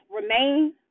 remain